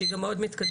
שהיא מאוד מתקדמת,